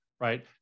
right